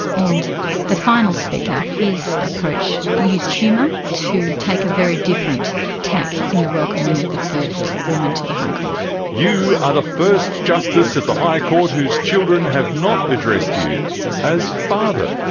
and the final speaker, his approach used humour to take a very different tack in the welcoming of the first woman to the high court. you are the first justice of the high court whose children have not addressed you as father.